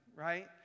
right